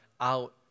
out